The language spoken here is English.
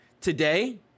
Today